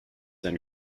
and